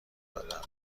دادند